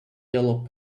yellow